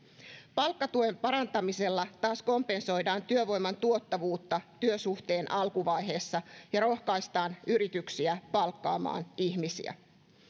palkkatuen parantamisella taas kompensoidaan työvoiman tuottavuutta työsuhteen alkuvaiheessa ja rohkaistaan yrityksiä palkkaamaan ihmisiä